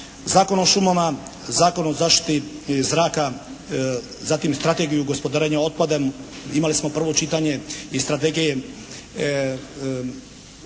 Zakon o šumama, Zakon o zaštiti zraka, zatim Strategiju gospodarenja otpadom. Imali smo prvo čitanje Strategije